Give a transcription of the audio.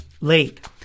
late